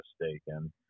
mistaken